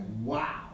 wow